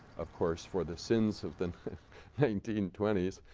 of course, for the sins of the nineteen twenty s,